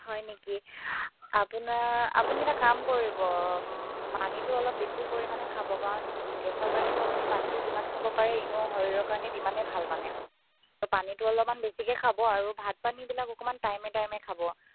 হয় নেকি আপোনাৰ আপুনি এটা কাম কৰিব পানীটো অলপ বেছি পৰিমাণে খাব কাৰণ গেছৰ কাৰণেতো আপুনি পানীটো যিমান খাব পাৰে এনেও শৰীৰৰ কাৰণেত সিমানেই ভাল মানে পানীটো অলপমান বেছিকে খাব আৰু ভাত পানীবিলাক অকণমান টাইমে টাইমে খাব